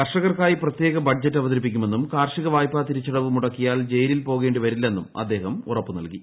കർഷകർക്കായി പ്രത്യേക ബഡ്ജറ്റ് അവതരിപ്പിക്കുമെന്നും കാർഷിക വായ്പ തിരിച്ചടവ് മുടക്കിയാൽ ജയിലിൽ പോകേണ്ടി വരില്ലെന്നും അദ്ദേഹം ഉറപ്പുനൽകി